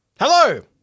Hello